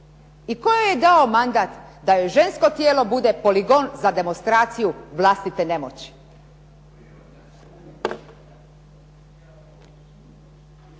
joj je dao mandat da joj žensko tijelo bude poligon za demonstraciju vlastite nemoći?